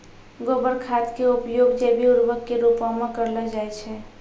गोबर खाद के उपयोग जैविक उर्वरक के रुपो मे करलो जाय छै